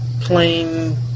plain